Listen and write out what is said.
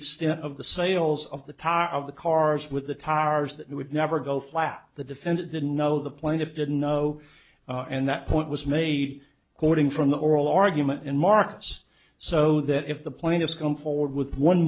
extent of the sales of the top of the cars with the tars that would never go flat the defendant didn't know the plaintiff didn't know and that point was made quoting from the oral argument in markets so that if the plaintiffs come forward with one